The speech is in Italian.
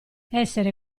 essere